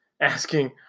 asking